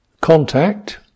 contact